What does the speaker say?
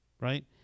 right